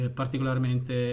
particolarmente